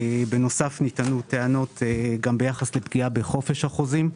נטענו גם טענות ביחס לפגיעה בחופש החוזים,